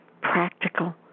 Practical